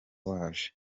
waje